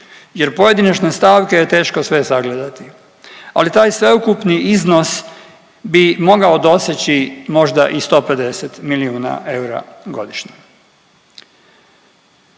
jer pojedinačne stavke je teško sve sagledati, ali taj sveukupni iznos bi mogao doseći možda i 150 milijuna eura godišnje.